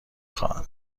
خواهم